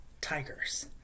tigers